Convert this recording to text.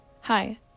Hi